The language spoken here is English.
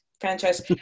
franchise